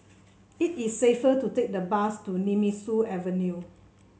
it is safer to take the bus to Nemesu Avenue